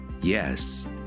yes